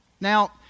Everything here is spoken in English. Now